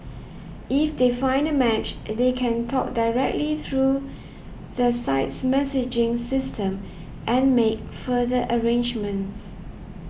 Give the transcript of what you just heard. if they find a match they can talk directly through the site's messaging system and make further arrangements